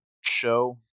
show